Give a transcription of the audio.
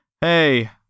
hey